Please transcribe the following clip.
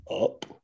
up